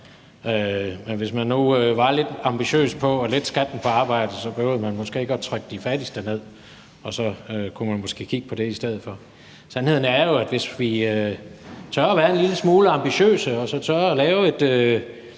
men hvis man nu var lidt ambitiøs på at lette skatten på arbejde, behøvede man måske ikke at trykke de fattigste ned. Man kunne måske kigge på dét i stedet for. Sandheden er jo, at hvis vi tør at være en lille smule ambitiøse og tør at lave et